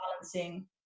balancing